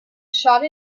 shot